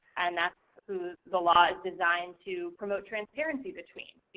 and that's who the law is designed to promote transparency between.